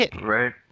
Right